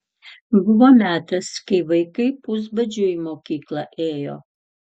buvo metas kai vaikai pusbadžiu į mokyklą ėjo